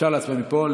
אפשר להצביע מפה?